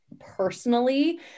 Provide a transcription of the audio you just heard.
personally